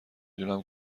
دونم